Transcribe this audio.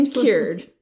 cured